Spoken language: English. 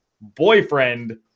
boyfriend